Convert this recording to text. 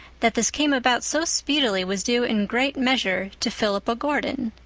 that this came about so speedily was due in great measure to philippa gordon.